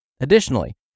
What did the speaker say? Additionally